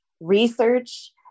research